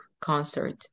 concert